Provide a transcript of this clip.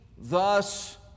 thus